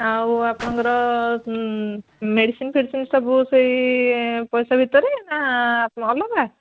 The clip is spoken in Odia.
ଆଉ ଆପଣଙ୍କର ମେଡ଼ିସିନ୍ ଫେଡ଼ିସିନ୍ ସବୁ ସେଇ ପଇସା ଭିତରେ ନା ଅଲଗା